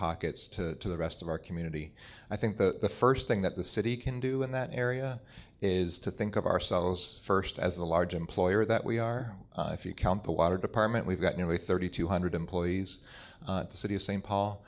pockets to the rest of our community i think the first thing that the city can do in that area is to think of ourselves first as the large employer that we are if you count the water department we've got nearly thirty two hundred employees at the city of st paul